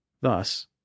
Thus